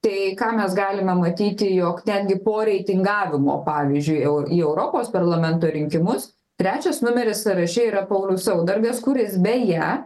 tai ką mes galime matyti jog ten gi po reitingavimo pavyzdžiui eu į europos parlamento rinkimus trečias numeris sąraše yra paulius saudargas kuris beje